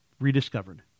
rediscovered